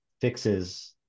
fixes